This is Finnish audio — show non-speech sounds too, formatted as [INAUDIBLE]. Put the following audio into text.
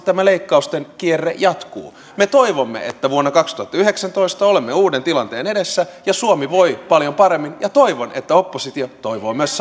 [UNINTELLIGIBLE] tämä leikkausten kierre jatkuu me toivomme että vuonna kaksituhattayhdeksäntoista olemme uuden tilanteen edessä ja suomi voi paljon paremmin ja toivon että oppositio toivoo myös [UNINTELLIGIBLE]